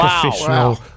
professional